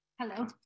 Hello